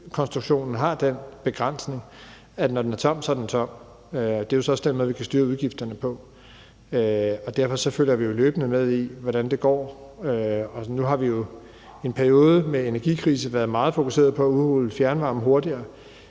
at puljekonstruktionen har den begrænsning, at puljen, når den er tom, så er tom, og det er så også den måde, hvorpå vi kan styre udgifterne, og derfor følger vi jo løbende med i, hvordan det går. Nu har vi i en periode med en energikrise været meget fokuserede på at udrulle fjernvarmen hurtigere,